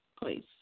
please